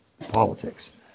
politics